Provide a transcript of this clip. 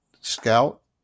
scout